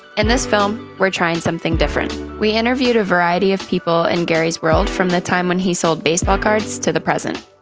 in this film, we're trying something different. we interviewed a variety of people in gary's world from the time when he sold baseball cards to the present.